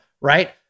right